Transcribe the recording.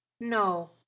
No